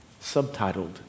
Subtitled